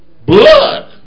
blood